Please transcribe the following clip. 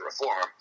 reform